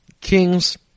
Kings